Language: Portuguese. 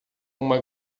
uma